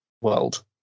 world